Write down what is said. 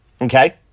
okay